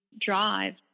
drive